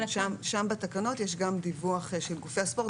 שם יש גם דיווח של גופי הספורט.